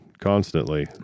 constantly